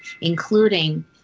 including